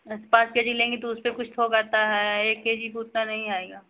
दस पाँच K G लेंगे तो उसपे कुछ थोक आता है एक के जी पर उतना नहीं आएगा